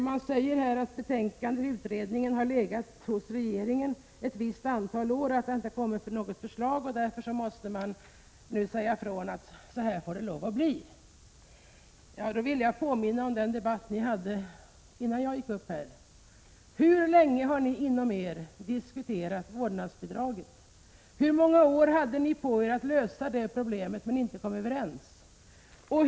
Reservanterna på denna punkt säger att utredningsbetänkandet har legat hos regeringen ett visst antal år men att det inte kommit något förslag och att riksdagen därför måste säga ifrån att så här får det lov att bli. Jag vill då påminna om den debatt som fördes innan jag kom upp i talarstolen. Hur länge har ni inte mellan era partier diskuterat frågan om vårdnadsbidraget? Hur många år hade ni inte på er att lösa den frågan? Men ni kom ju inte överens.